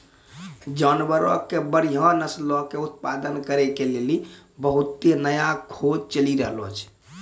जानवरो के बढ़िया नस्लो के उत्पादन करै के लेली बहुते नया खोज चलि रहलो छै